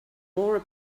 more